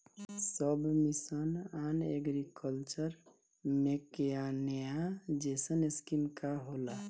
सब mission and agriculture mechanization scheme का होला?